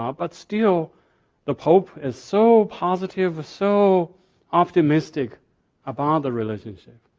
ah but still the pope is so positive, so optimistic about the relationship.